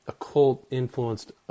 occult-influenced